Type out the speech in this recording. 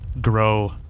grow